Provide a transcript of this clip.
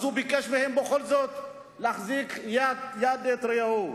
אז הוא ביקש מהם בכל זאת להחזיק איש את יד רעהו.